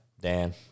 Dan